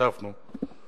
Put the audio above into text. השתתפנו בה.